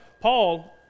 Paul